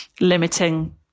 limiting